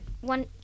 one